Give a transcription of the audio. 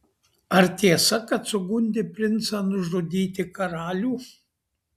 ar tiesa kad sugundė princą nužudyti karalių